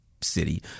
city